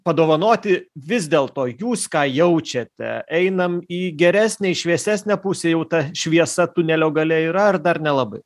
padovanoti vis dėlto jūs ką jaučiate einam į geresnę į šviesesnę pusę jau ta šviesa tunelio gale yra ar dar nelabai